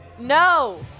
No